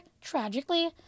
tragically